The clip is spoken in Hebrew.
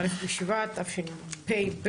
א' בשבט, תשפ"ב.